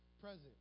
present